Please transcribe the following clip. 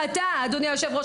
אדוני היושב-ראש,